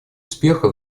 успеха